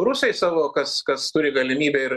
rusai savo kas kas turi galimybę ir